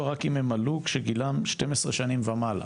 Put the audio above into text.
רק אם הם עלו כשגילם 12 שנים ומעלה.